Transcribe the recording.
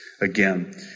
again